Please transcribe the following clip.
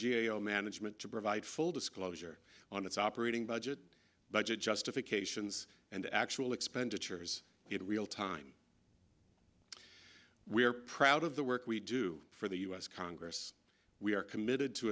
o management to provide full disclosure on its operating budget budget justifications and actual expenditures real time we are proud of the work we do for the u s congress we are committed to